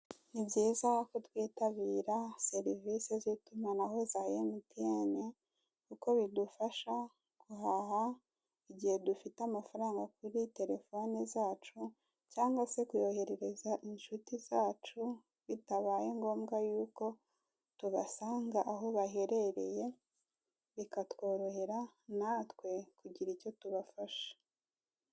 Ni byiza ko twitabira serivise z'itumanaho za MTN kuko bidufasha guhaha igihe dufite amafranga kuri telefone zacu cyangwa se kuyoherereza inshuti zacu bitabaye ngombwa yuko tubasanga aho bahereye bikatworohera natwe kugira icyo tubafasha.